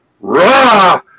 raw